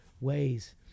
ways